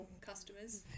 customers